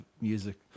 music